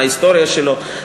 מה ההיסטוריה שלו,